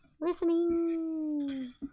listening